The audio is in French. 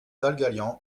dalgalian